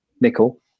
nickel